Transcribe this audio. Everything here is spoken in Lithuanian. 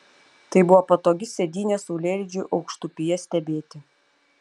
tai buvo patogi sėdynė saulėlydžiui aukštupyje stebėti